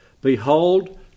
Behold